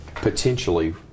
potentially